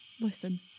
Listen